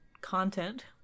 content